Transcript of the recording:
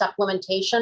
supplementation